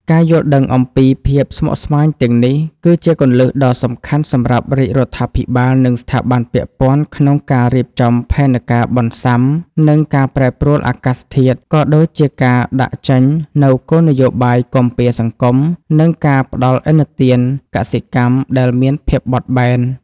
ការយល់ដឹងអំពីភាពស្មុគស្មាញទាំងនេះ គឺជាគន្លឹះដ៏សំខាន់សម្រាប់រាជរដ្ឋាភិបាល និងស្ថាប័នពាក់ព័ន្ធក្នុងការរៀបចំផែនការបន្ស៊ាំនឹងការប្រែប្រួលអាកាសធាតុ ក៏ដូចជាការដាក់ចេញនូវគោលនយោបាយគាំពារសង្គម និងការផ្តល់ឥណទានកសិកម្មដែលមានភាពបត់បែន។